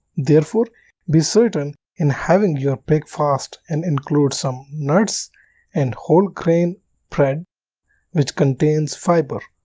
therefore be certain in having your breakfast and include some nuts and whole grain bread which contains fiber.